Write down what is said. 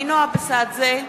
(קוראת בשמות חברי הכנסת) נינו אבסדזה,